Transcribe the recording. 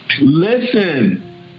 Listen